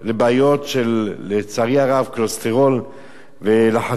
לבעיות של כולסטרול ולחץ דם.